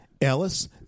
Ellis